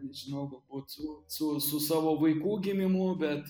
nežinau galbūt su su su savo vaikų gimimu bet